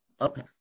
Okay